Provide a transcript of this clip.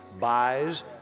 buys